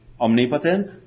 omnipotent